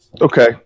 okay